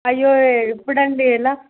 అయ్యో ఎప్పుడు అండి ఎలా